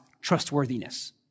trustworthiness